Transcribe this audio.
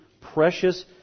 precious